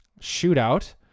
shootout